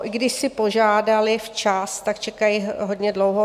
I když si požádaly včas, čekají hodně dlouho.